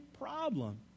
problem